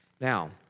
Now